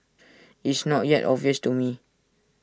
it's not yet obvious to me